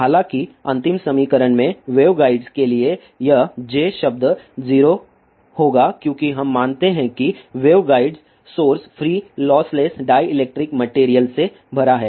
हालांकि अंतिम समीकरण में वेवगाइड्स के लिए यह J शब्द 0 होगा क्योंकि हम मानते हैं कि waveguide source free lossless dielectric material से भरा है